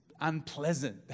unpleasant